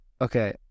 Okay